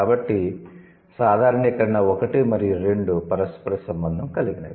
కాబట్టి సాధారణీకరణ 1 మరియు 2 పరస్పర సంబంధo కలిగినవి